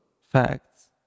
facts